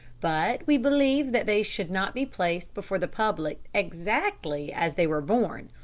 but we believe that they should not be placed before the public exactly as they were born.